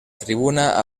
tribuna